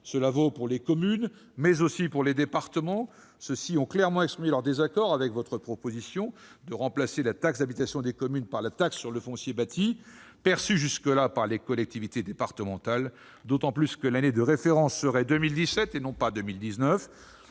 Cela vaut pour les communes, mais aussi pour les départements, qui ont clairement exprimé leur désaccord avec votre proposition de remplacer la taxe d'habitation des communes par la taxe sur le foncier bâti, perçue jusque-là par les collectivités départementales, d'autant que l'année de référence serait 2017 et non 2019.